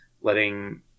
letting